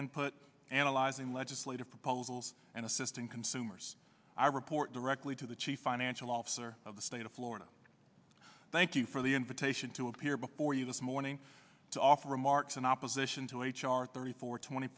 input analyzing legislative proposals and assisting consumers i report directly to the chief financial officer of the state of florida thank you for the invitation to appear before you this morning to offer remarks in opposition to h r thirty four twenty